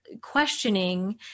questioning